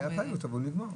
היה פיילוט אבל הוא הסתיים.